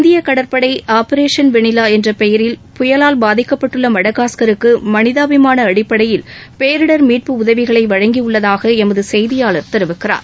இந்தியக் கடற்படை ஆபரேஷன் வெளிவா என்ற பெயரில் புயலால் பாதிக்கப்பட்டுள்ள மடகாஸ்கருக்கு மனிதாபிமான அடிப்படையில் பேரிடர் மீட்பு உதவிகளை வழங்கியுள்ளதாக எமது செய்தியாளர் தெரிவிக்கிறார்